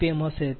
6 4